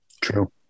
True